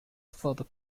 further